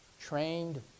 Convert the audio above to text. trained